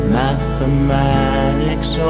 mathematics